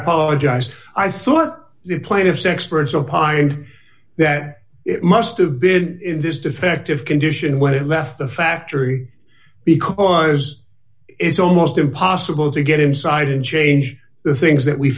apologized i saw the plaintiff's experts opined that it must have been in this defective condition when it left the factory because it's almost impossible to get inside and change the things that we